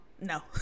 No